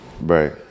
Right